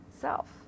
self